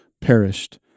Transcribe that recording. perished